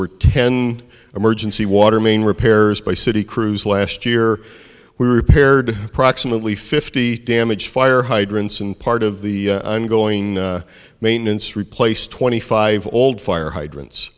were ten emergency water main repairs by city crews last year we repaired approximately fifty damage fire hydrants and part of the ongoing maintenance replace twenty five old fire hydrant